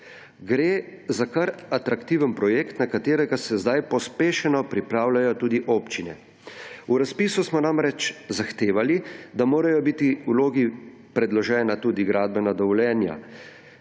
Gre za kar atraktiven projekt, na katerega se zdaj pospešeno pripravljajo tudi občine. V razpisu smo namreč zahtevali, da morajo biti v vlogi predložena tudi gradbena dovoljenja,